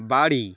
বাড়ি